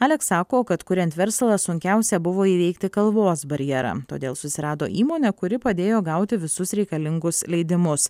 aleks sako kad kuriant verslą sunkiausia buvo įveikti kalbos barjerą todėl susirado įmonę kuri padėjo gauti visus reikalingus leidimus